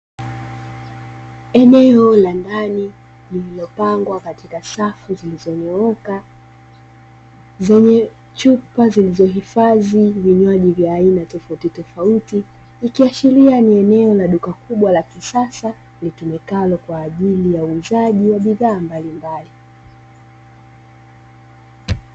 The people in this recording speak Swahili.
Eneo la ndani lililopangwa katika safu zilizonyooka, zenye chupa zilizohifadhi vinywaji vya aina tofauti tofauti. Ikiashiria ni eneo ka duka kubwa la kisasa, litumikalo kwa ajili ya uuzaji wa bidhaa mbalimbali.